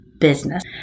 business